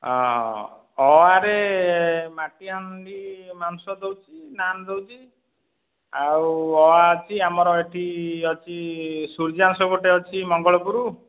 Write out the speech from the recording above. ଆରେ ମାଟିହାଣ୍ଡି ମାଂସ ଦେଉଛି ନାନ ଦେଉଛି ଆଉ ଅଛି ଆମର ଏଠି ଅଛି ସୂର୍ଯ୍ୟାଂଶ ଗୋଟେ ଅଛି ମଙ୍ଗଳପୁର